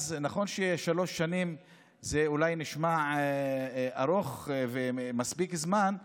אז נכון ששלוש שנים זה אולי נשמע ארוך ומספיק זמן,